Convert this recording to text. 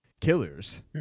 Killers